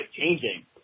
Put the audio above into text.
changing